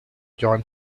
john